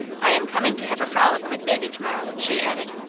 i am coming to have a frolic with baby to morrow, she added.